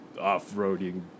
off-roading